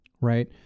right